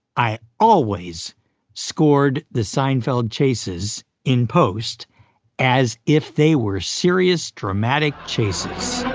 i always scored the seinfeld chases in post as if they were serious, dramatic chases